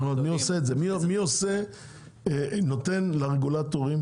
מי נותן לרגולטורים